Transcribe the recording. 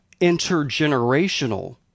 intergenerational